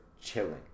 chilling